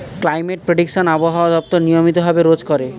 climate prediction আবহাওয়া দপ্তর নিয়মিত ভাবে রোজ করে